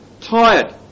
Tired